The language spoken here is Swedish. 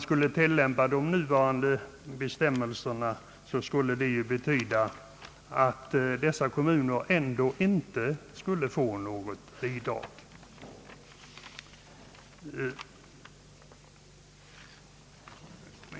Skulle man tillämpa de nuvarande bestämmelserna, skulle dessa kommuner ändå inte få något bidrag.